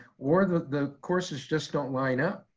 or the the courses just don't line up.